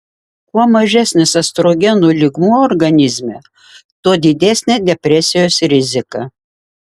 kuo mažesnis estrogenų lygmuo organizme tuo didesnė depresijos rizika